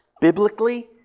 Biblically